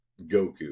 Goku